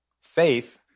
Faith